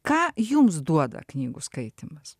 ką jums duoda knygų skaitymas